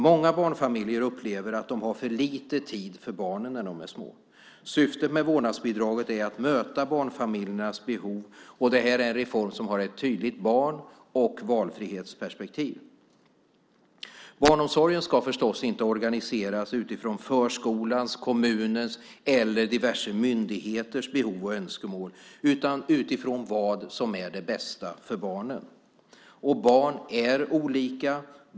Många barnfamiljer upplever att de har för lite tid för barnen när de är små. Syftet med vårdnadsbidraget är att möta barnfamiljernas behov, och det här är en reform som har ett tydligt barn och valfrihetsperspektiv. Barnomsorgen ska förstås inte organiseras utifrån förskolans, kommunens eller diverse myndigheters behov och önskemål utan utifrån vad som är det bästa för barnen. Barn är olika.